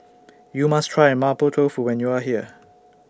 YOU must Try Mapo Tofu when YOU Are here